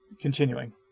Continuing